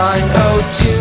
9.02